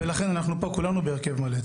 ולכן אנחנו פה כולנו בהרכב מלא.